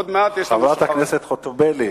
עוד מעט יש, חברת הכנסת חוטובלי.